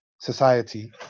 society